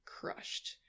Crushed